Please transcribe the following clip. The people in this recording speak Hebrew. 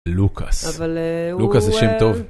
לוקאס, לוקאס זה שם טוב.